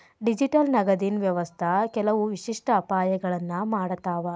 digital ನಗದಿನ್ ವ್ಯವಸ್ಥಾ ಕೆಲವು ವಿಶಿಷ್ಟ ಅಪಾಯಗಳನ್ನ ಮಾಡತಾವ